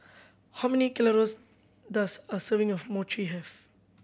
how many calories does a serving of Mochi have